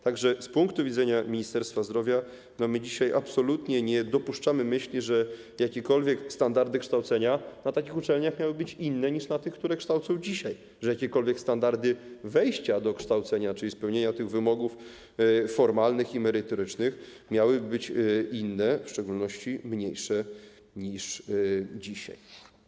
Tak że z punktu widzenia Ministerstwa Zdrowia dzisiaj absolutnie nie dopuszczamy myśli, że jakiekolwiek standardy kształcenia na takich uczelniach miałyby być inne niż na tych, które kształcą dzisiaj, że jakiekolwiek standardy wejścia do kształcenia, czyli spełnienia tych wymogów formalnych i merytorycznych, miałyby być inne, a już w szczególności niższe niż dzisiaj.